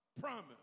promise